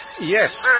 Yes